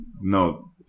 No